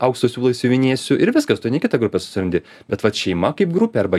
aukso siūlais siuvinėsiu ir viskas tu eini kitą grupę susirandi bet vat šeima kaip grupė arba